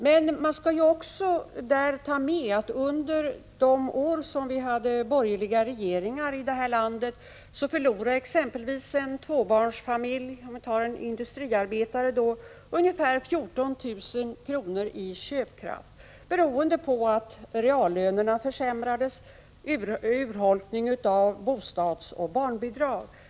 Vi skall också ta med i bilden att under de år som vi hade borgerliga regeringar i det här landet förlorade en industriarbetarfamilj med två barn ungefär 14000 kr. i köpkraft beroende på att reallönerna försämrades samt att bostadsoch barnbidragen urholkades.